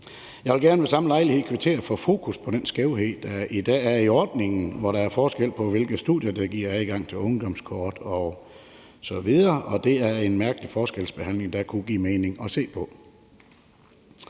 Jeg vil gerne ved samme lejlighed kvittere for fokus på den skævhed, der i dag er i ordningen, hvor der er forskel på, hvilke studier der giver adgang til ungdomskort osv., og det er en mærkelig forskelsbehandling, det kunne give mening at se på.